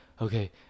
okay